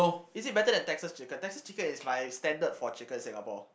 is it better than Texas-chicken Texas-chicken is my standard for chicken in Singapore